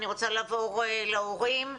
אני רוצה לעבור להורים,